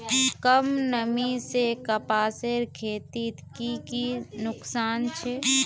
कम नमी से कपासेर खेतीत की की नुकसान छे?